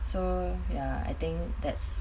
so ya I think that's